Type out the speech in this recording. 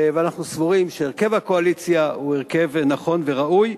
ואנחנו סבורים שהרכב הקואליציה הוא הרכב נכון וראוי,